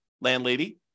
landlady